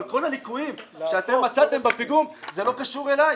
אבל כל הליקויים שאתם מצאתם בפיגום זה לא קשור אליי,